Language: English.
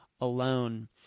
alone